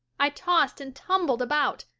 i tossed and tumbled about,